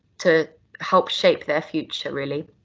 to help shape their future, really